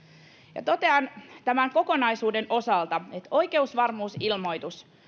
ja totean tämän kokonaisuuden osalta että oikeusvarmuusilmoitus